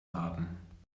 haben